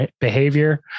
behavior